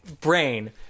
brain